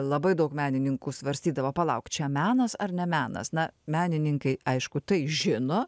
labai daug menininkų svarstydavo palauk čia menas ar ne menas na menininkai aišku tai žino